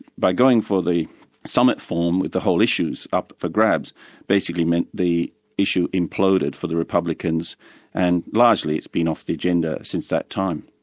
by going for the summit theme um with the whole issues up for grabs basically meant the issue imploded for the republicans and largely it's been off the agenda since that time.